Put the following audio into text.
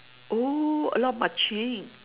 oh a lot of marching